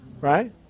Right